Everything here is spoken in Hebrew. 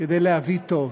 כדי להביא טוב.